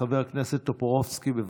חבר הכנסת טופורובסקי, בבקשה.